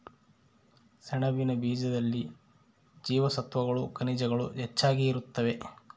ಸೆಣಬಿನ ಬೀಜದಲ್ಲಿ ಜೀವಸತ್ವಗಳು ಖನಿಜಗಳು ಹೆಚ್ಚಾಗಿ ಇರುತ್ತವೆ